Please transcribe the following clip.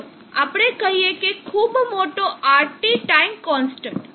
ચાલો આપણે કહીએ કે ખૂબ મોટો RC ટાઇમનો કોન્સ્ટન્ટ